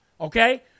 okay